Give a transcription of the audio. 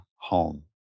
home